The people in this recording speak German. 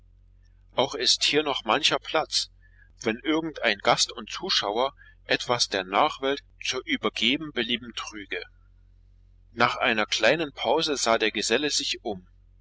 auch ist hier noch mancher platz wenn irgendein gast und zuschauer etwas der nachwelt zu übergeben belieben trüge nach einer kleinen pause sah der geselle sich um